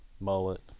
mullet